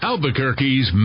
Albuquerque's